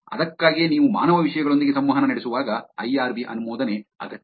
ಅದಕ್ಕಾಗಿಯೇ ನೀವು ಮಾನವ ವಿಷಯಗಳೊಂದಿಗೆ ಸಂವಹನ ನಡೆಸುವಾಗ ಐ ಆರ್ ಬಿ ಅನುಮೋದನೆ ಅಗತ್ಯ